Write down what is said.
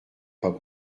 pas